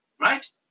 right